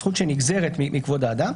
זכות שנגזרת מכבוד האדם.